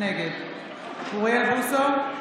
נגד אוריאל בוסו,